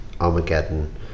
Armageddon